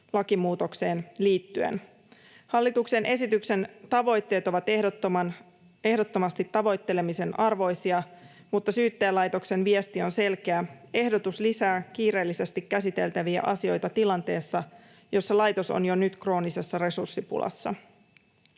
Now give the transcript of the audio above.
lakimuutokseen liittyen. Hallituksen esityksen tavoitteet ovat ehdottomasti tavoittelemisen arvoisia, mutta Syyttäjälaitoksen viesti on selkeä: ehdotus lisää kiireellisesti käsiteltäviä asioita tilanteessa, jossa laitos on jo nyt kroonisesta resurssipulassa.